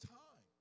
time